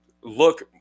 look